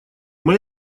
моя